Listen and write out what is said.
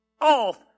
off